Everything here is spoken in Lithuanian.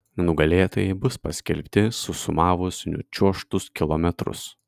nugalėtojai bus paskelbti susumavus nučiuožtus kilometrus